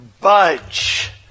budge